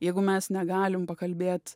jeigu mes negalim pakalbėt